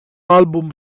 album